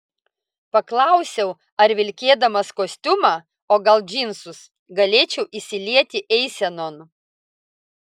paklausiau ar vilkėdamas kostiumą o gal džinsus galėčiau įsilieti eisenon